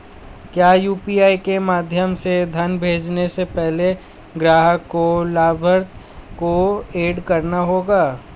क्या यू.पी.आई के माध्यम से धन भेजने से पहले ग्राहक को लाभार्थी को एड करना होगा?